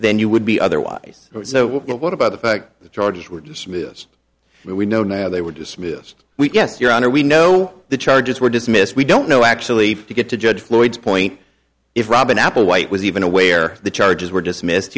then you would be otherwise so what about the fact the charges were dismissed and we know now they were dismissed we guess your honor we know the charges were dismissed we don't know actually to get to judge floyd's point if robin applewhite was even aware the charges were dismissed